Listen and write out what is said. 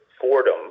Fordham